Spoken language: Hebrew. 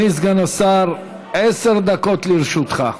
אדוני סגן השר, עשר דקות לרשותך.